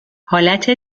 حالت